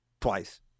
twice